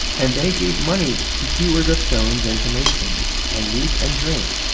and they gave money to hewers of stones and to masons and meat and drink,